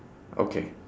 okay